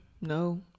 no